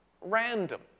random